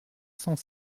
cent